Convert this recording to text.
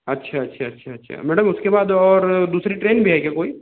अच्छा अच्छा अच्छा अच्छा मैडम उसके बार और दूसरी ट्रेन भी है क्या कोई